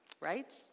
right